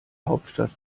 hauptstadt